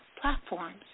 platforms